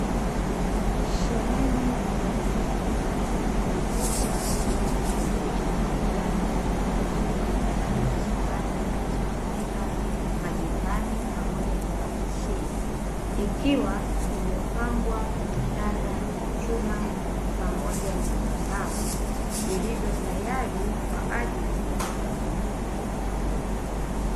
Sehemu ya nje kwenye duka linalojishughulisha na uuzaji, pamoja na utengenezaji wa samani zinazotumika majumbani pamoja na maofisini. Ikiwa imepangwa vitanda vya chuma pamoja na vya mbao, vilivyo tayari kwa ajili ya kununuliwa.